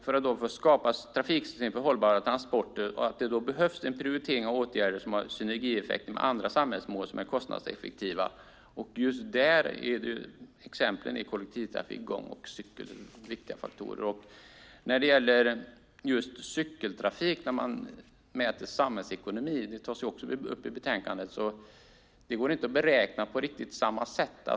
För att skapa trafiksystem för hållbara transporter behövs det en prioritering av åtgärder som har synergieffekter på andra samhällsmål och som är kostnadseffektiva. Exempel på viktiga faktorer är kollektivtrafik, gång och cykelvägar. De samhällsekonomiska effekterna av cykeltrafiken, som också tas upp i betänkandet, går inte att beräkna på riktigt samma sätt.